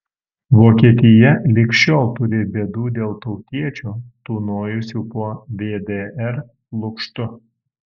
vokietija lig šiol turi bėdų dėl tautiečių tūnojusių po vdr lukštu